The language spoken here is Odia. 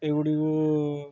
ଏଗୁଡ଼ିକୁ